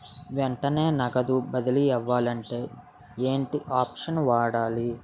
వెంటనే నగదు బదిలీ అవ్వాలంటే ఏంటి ఆప్షన్ వాడాలి?